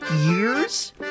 years